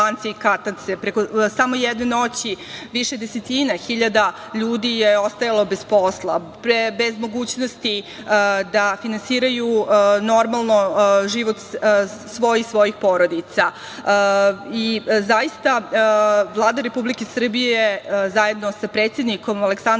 i katance. Preko samo jedne noći, više desetina hiljada ljudi je ostajalo bez posla, bez mogućnosti da finansiraju normalno život svoj i svojih porodica. Vlada Republike Srbije, zajedno sa predsednikom Aleksandrom